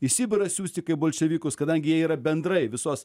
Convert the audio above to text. į sibirą siųsti kaip bolševikus kadangi jie yra bendrai visos